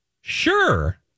sure